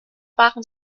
waren